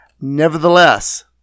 Nevertheless